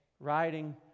Riding